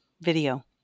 video